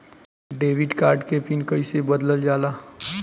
Debit card के pin कईसे बदलल जाला?